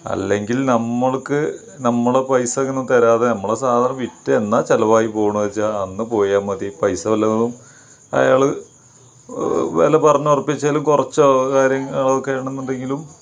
അല്ലെങ്കിൽ നമ്മൾക്ക് നമ്മളുടെ പൈസ ഇങ്ങനെ തരാതെ നമ്മളുടെ സാധനം വിറ്റ് എന്ന ചിലവായി പോണെന്ന് വെച്ചാൽ അന്ന് പോയാൽ മതി പൈസ വല്ലോം അയാൾ വില പറഞ്ഞ് ഉറപ്പിച്ചാൽ കുറച്ച് ആൾക്കാർ അവരൊക്കെ ആണെന്നുണ്ടെങ്കിലും